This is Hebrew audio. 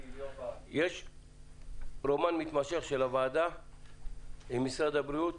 יש רומן מתמשך של הוועדה עם משרד הבריאות